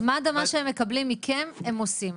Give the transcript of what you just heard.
אז מד"א מה שהם מקבלים מכם, הם עושים.